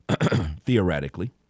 theoretically